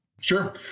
Sure